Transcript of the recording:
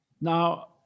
now